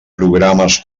programes